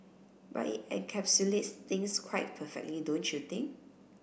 but it encapsulates things quite perfectly don't you think